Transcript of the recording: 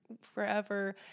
forever